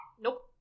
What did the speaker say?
Nope